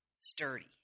sturdy